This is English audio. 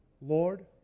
Lord